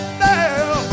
now